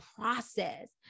process